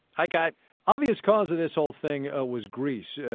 hi kai obvious cause of this whole thing ah was greece.